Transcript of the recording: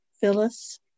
Phyllis